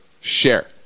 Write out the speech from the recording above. share